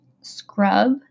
scrub